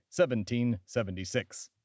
1776